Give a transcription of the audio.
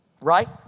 Right